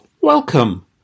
Welcome